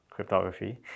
cryptography